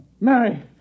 Mary